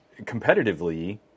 competitively